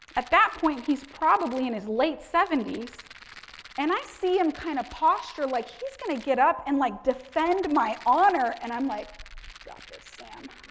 at that point, he's probably in his late seventy s and i see him kind of posture like he's going to get up and like defend my honor. and, i'm like got this sam.